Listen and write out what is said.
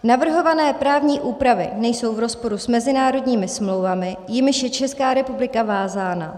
Navrhované právní úpravy nejsou v rozporu s mezinárodními smlouvami, jimiž je Česká republika vázána.